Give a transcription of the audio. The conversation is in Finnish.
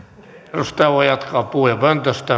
edustaja voi jatkaa puhujapöntöstä